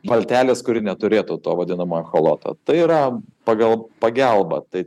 valtelės kuri neturėtų to vadinamo echoloto tai yra pagal pagelbą tai